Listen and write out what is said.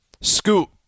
Scoop